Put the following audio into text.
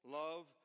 love